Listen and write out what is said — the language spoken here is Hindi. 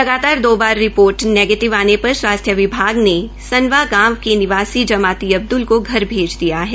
लगातार दो बार रिपोर्ट नेगीटिव आने पर स्वास्थ्य विभाग ने संडवा गांव के निवासी जमाती अब्दल को घर भेज दिया गया है